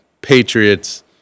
Patriots